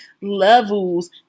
levels